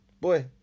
boy